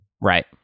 Right